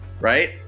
right